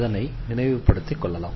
அதனை நினைவுபடுத்திக் கொள்ளலாம்